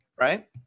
right